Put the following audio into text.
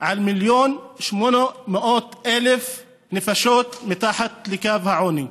על 1.8 מיליון נפשות מתחת לקו העוני.